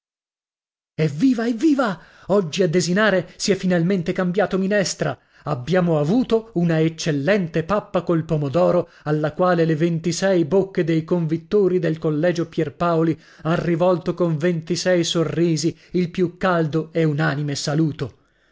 evviva evviva oggi a desinare si è finalmente cambiato minestra abbiamo avuto una eccellente pappa col pomodoro alla quale le ventisei bocche dei convittori dei collegio pierpaoli han rivolto con ventisei sorrisi il più caldo e unanime saluto